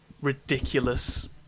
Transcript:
ridiculous